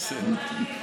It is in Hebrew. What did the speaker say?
חתונה בלי חברים.